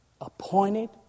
appointed